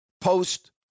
post